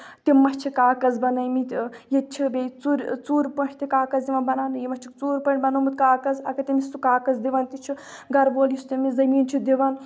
تِم مہ چھِ کاغز بَنٲے مٕتۍ ییٚتہِ چھِ بیٚیہِ ژوٚر ژوٗرِ پٲٹھۍ تہِ کاغز یِوان بَناونہٕ یہِ مہ چھُکھ ژوٗرِ پٲٹھۍ بَنومُت کاغز اَگر تٔمِس سُہ کاغز دِوان تہِ چھُ گرٕ وول یُس تٔمِس زٔمیٖن چھُ دِوان